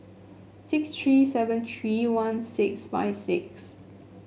six three seven three one six five six